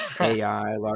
AI